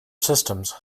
systems